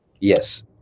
Yes